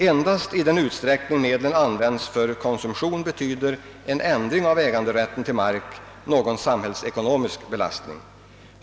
Endast i den mån medel användes för konsumtion betyder en ändring av äganderätten till mark någon samhällsekonomisk belastning.